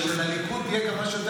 זה מאוד חשוב לו שלליכוד יהיו כמה שיותר